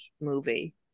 movie